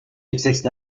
exist